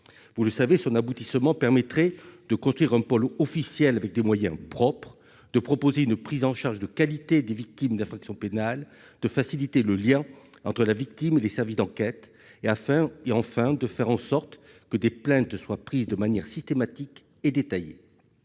Vous le savez, son aboutissement permettrait de construire un pôle officiel avec des moyens propres, de proposer une prise en charge de qualité des victimes d'infractions pénales, de faciliter le lien entre la victime et les services d'enquête, enfin, de faire en sorte que des plaintes soient prises de manière systématique et détaillée.